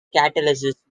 catalysis